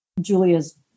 Julia's